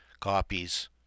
copies